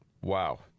Wow